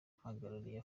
mpagarariye